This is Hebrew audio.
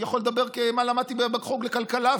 אני יכול לדבר על מה שלמדתי בחוג לכלכלה,